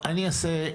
אני יודע.